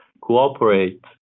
cooperate